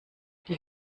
die